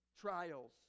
trials